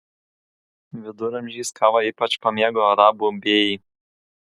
viduramžiais kavą ypač pamėgo arabų bėjai